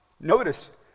Notice